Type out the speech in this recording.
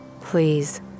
Please